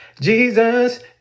Jesus